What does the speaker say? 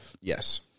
Yes